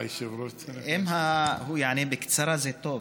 אם הוא יענה בקצרה זה טוב,